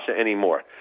anymore